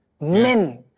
Men